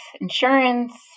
insurance